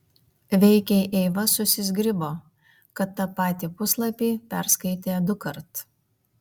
veikiai eiva susizgribo kad tą patį puslapį perskaitė dukart